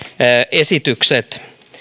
esitykset